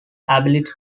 ability